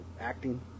acting